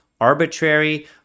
arbitrary